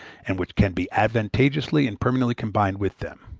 and which can be advantageously and permanently combined with them.